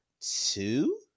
Two